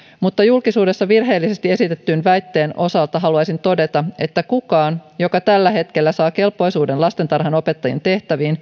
mutta julkisuudessa virheellisesti esitetyn väitteen osalta haluaisin todeta että kukaan joka tällä hetkellä saa kelpoisuuden lastentarhanopettajien tehtäviin